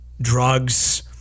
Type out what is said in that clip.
drugs